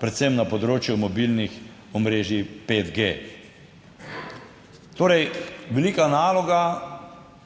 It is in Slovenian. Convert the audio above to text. predvsem na področju mobilnih omrežij 5G. Torej, velika naloga